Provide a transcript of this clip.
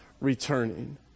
returning